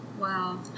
Wow